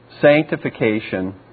sanctification